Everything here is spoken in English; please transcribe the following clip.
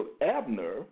Abner